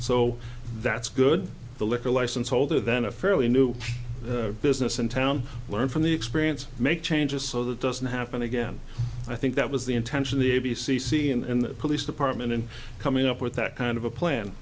so that's good the liquor license holder then a fairly new business in town learned from the experience make changes so that doesn't happen again i think that was the intention the a b c see and the police department in coming up with that kind of a plan